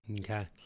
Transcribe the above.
Okay